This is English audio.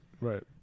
Right